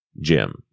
jim